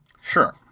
Sure